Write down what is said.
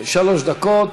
שלוש דקות.